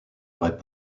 aurait